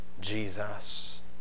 Jesus